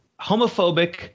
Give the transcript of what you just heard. homophobic